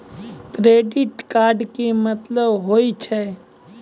Credit card के मतलब होय छै?